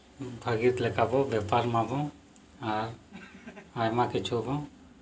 ᱵᱷᱟᱜᱮ ᱞᱮᱠᱟᱵᱚᱱ ᱵᱮᱯᱟᱨ ᱢᱟᱵᱚᱱ ᱟᱨ ᱟᱭᱢᱟ ᱠᱤᱪᱷᱩ ᱵᱚᱱ